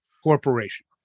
corporation